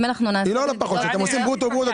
אם אתם עושים ברוטו-ברוטו,